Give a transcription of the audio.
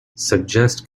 suggest